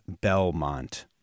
Belmont